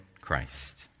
Christ